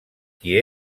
qui